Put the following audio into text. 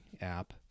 app